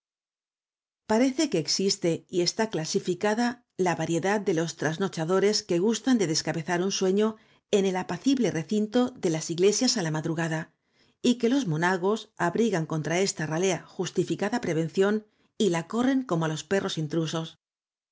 parece que existe y está clasificada la variedad de los trasnochadores que gustan de descabezar un sueño en el apacible recinto de las iglesias á la madrugada y que los monagos abrigan contra esta ralea justificada prevención y la corren como á los perros intrusos